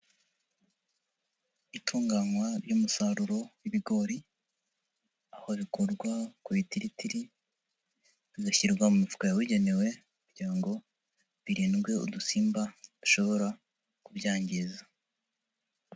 Itunganywa ry'umusaruro w'ibigori aho rikurwa kubitiiritiri rigashyirwa mu mufuka yabugenewe, kugira birindwe udusimba dushobora kubyangiza.